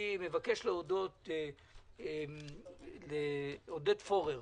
אני מבקש להודות לעודד פורר,